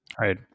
right